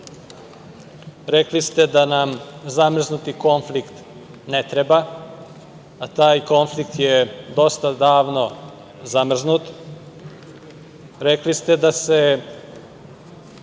Rekli ste da nam zamrznuti konflikt ne treba. A taj konflikt je dosta davno zamrznut. Rekli ste da se